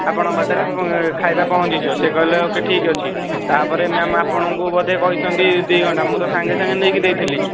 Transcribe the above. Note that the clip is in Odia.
ଆପଣଙ୍କ ପାଖରେ ଖାଇବା ପହଞ୍ଚିଯିବ ସେ କହିଲେ ଓକେ ଠିକ ଅଛି ତା' ପରେ ମ୍ୟାମ ଆପଣଙ୍କୁ ବୋଧେ କହିଛନ୍ତି ଦୁଇ ଘଣ୍ଟା ମୁଁ ତ ସାଙ୍ଗେସାଙ୍ଗେ ନେଇକି ଦେଇଥିଲି